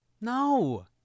No